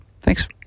Thanks